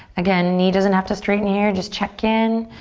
again, knee doesn't have to straighten here. just check in.